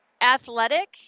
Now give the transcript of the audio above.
athletic